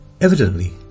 Evidently